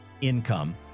income